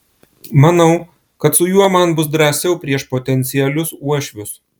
manau kad su juo man bus drąsiau prieš potencialius uošvius